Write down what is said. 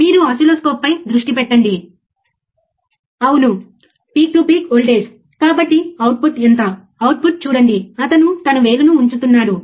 మీరు ఇక్కడ బ్రెడ్బోర్డును చూస్తారు మరియు సర్క్యూట్ మనము స్క్రీన్లో చూసినదానికి సమానంగా ఉంటుంది